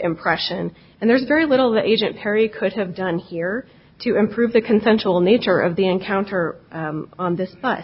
impression and there's very little that agent perry could have done here to improve the consensual nature of the encounter on this bu